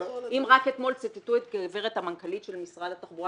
רק אתמול ציטטו את מנכ"לית משרד התחבורה